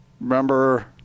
Remember